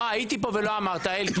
הייתי פה ולא אמרת, אלקין.